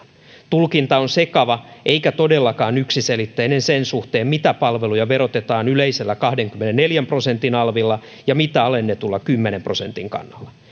tulkinta on sekava eikä todellakaan yksiselitteinen sen suhteen mitä palveluja verotetaan yleisellä kahdenkymmenenneljän prosentin alvilla ja mitä alennetulla kymmenen prosentin kannalla